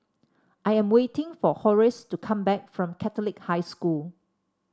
I am waiting for Horace to come back from Catholic High School